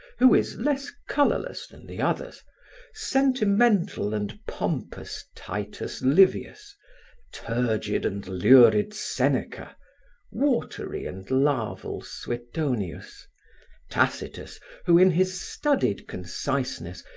who is less colorless than the others sentimental and pompous titus livius turgid and lurid seneca watery and larval suetonius tacitus who, in his studied conciseness,